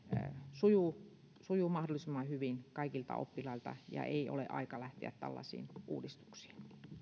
sujuu sitten mahdollisimman hyvin kaikilta oppilailta ja ei ole aika lähteä tällaisiin uudistuksiin